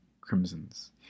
crimsons